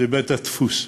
לבית-הדפוס,